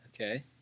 Okay